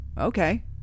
Okay